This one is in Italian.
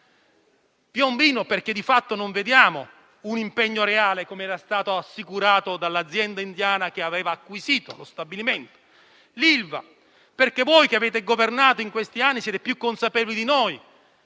Piombino perché di fatto non vediamo un impegno reale, come era stato assicurato dall'azienda indiana che aveva acquisito lo stabilimento; l'Ilva perché voi che avete governato in questi anni siete più consapevoli di noi